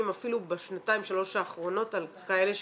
אפילו בשנתיים-שלוש האחרונות על כאלה שחוזרים.